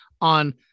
on